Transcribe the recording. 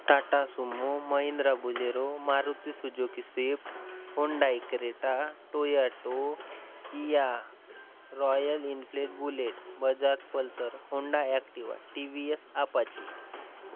Tata sumo Mahindra bolero Maruti Suzuki swift Hyundai Creta Toyota Kia Royal Enfield bullet Bajaj pulsar Hyundai Activa TVS apache